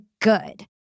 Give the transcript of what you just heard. good